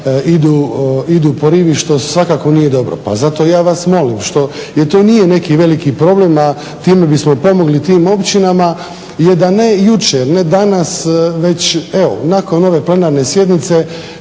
idu po rivi što svakako nije dobro. Pa zato ja vas molim jer to nije neki veliki problem, a time bismo pomogli tim općinama je da ne jučer, ne danas, već evo nakon ove plenarne sjednice